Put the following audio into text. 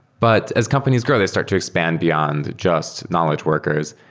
but as companies grow, they start to expand beyond just knowledge workers.